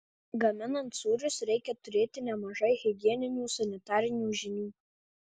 gaminant sūrius reikia turėti nemažai higieninių sanitarinių žinių